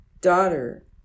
daughter